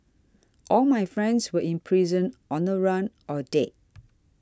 all my friends were in prison on the run or dead